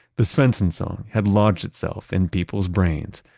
the svensson song had lodged itself in people's brains.